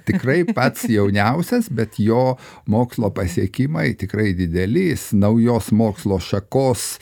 tikrai pats jauniausias bet jo mokslo pasiekimai tikrai dideli jis naujos mokslo šakos